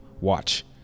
watch